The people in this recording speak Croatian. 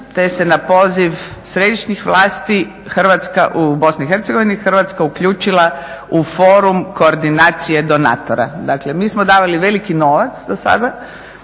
te se na poziv središnjih vlasti u BiH Hrvatska uključila u Forum koordinacije donatora. Dakle mi smo davali veliki novac do sada,